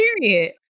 Period